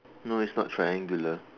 no it's not triangular